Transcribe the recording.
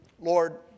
Lord